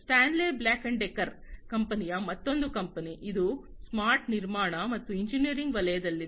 Stanley Black ಮತ್ತು Decker ಕಂಪನಿಯ ಮತ್ತೊಂದು ಕಂಪನಿ ಇದು ಸ್ಮಾರ್ಟ್ ನಿರ್ಮಾಣ ಮತ್ತು ಎಂಜಿನಿಯರಿಂಗ್ ವಲಯದಲ್ಲಿದೆ